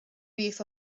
beth